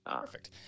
Perfect